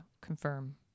confirm